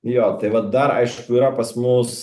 jo tai vat dar aišku yra pas mus